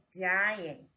dying